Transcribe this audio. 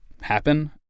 happen